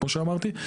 כמו שאמרתי,